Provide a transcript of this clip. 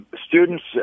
students